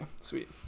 sweet